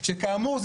כאמור,